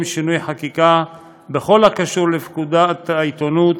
שינוי חקיקה בכל הקשור לפקודת העיתונות,